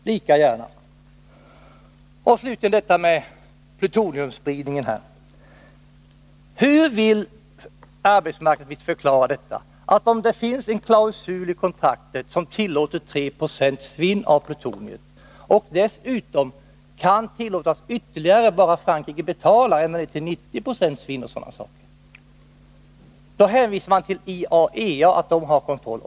Slutligen vill jag ta upp plutoniumspridningen. I kontraktet finns det en klausul som tillåter 3 26 svinn av plutonium. Ytterligare svinn — ända upp till 90 96 — kan dessutom tillåtas, om bara Frankrike betalar. När jag påpekar detta, hänvisar arbetsmarknadsministern till IAEA och dess kontroll.